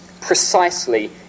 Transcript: precisely